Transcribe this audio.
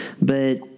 but-